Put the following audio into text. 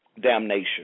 Damnation